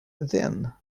then